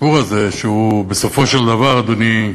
לסיפור הזה, שהוא בסופו של דבר, אדוני,